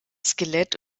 skelett